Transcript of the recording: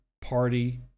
party